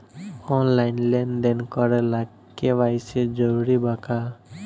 Online लेन देन करे ला के.वाइ.सी जरूरी बा का?